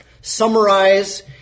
summarize